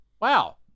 wow